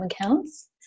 accounts